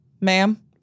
Ma'am